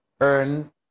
earn